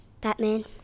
Batman